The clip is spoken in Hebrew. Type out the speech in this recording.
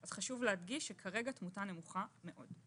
אז חשוב להדגיש שכרגע התמותה נמוכה מאוד.